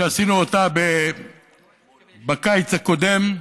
שעשינו אותה בקיץ הקודם,